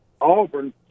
Auburn